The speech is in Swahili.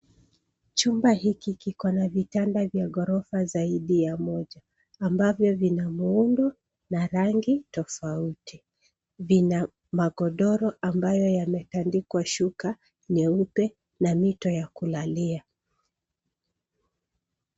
Chumba hiki kiko na vitanda vya ghorofa zaidi ya moja, ambavyo vina rangi na muundo tofauti. Vina magodoro ambayo yametandikwa shuka nyeupe na mito ya kulalia.